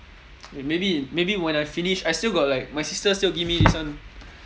eh maybe maybe when I finish I still got like my sister still give me this one